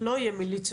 מה אמרתי?